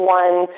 one